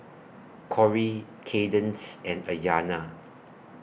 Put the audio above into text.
Corrie Kadence and Ayanna